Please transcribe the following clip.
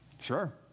Sure